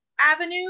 avenue